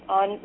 on